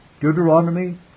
Deuteronomy